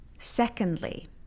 Secondly